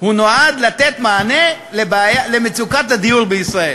נועד לתת מענה למצוקת הדיור בישראל,